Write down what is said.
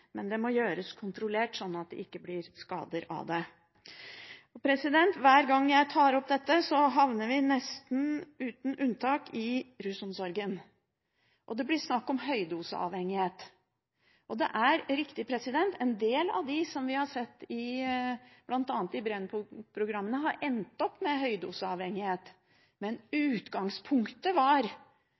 men det må gjøres kontrollert, sånn at det ikke blir skader av det. Hver gang jeg tar opp dette, havner vi nesten uten unntak i rusomsorgen, og det blir snakk om høydoseavhengighet. Det er riktig: En del av dem vi har sett i bl.a. Brennpunkt-programmet, har endt opp med høydoseavhengighet. Men utgangspunktet var